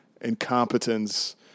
incompetence